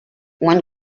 when